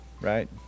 right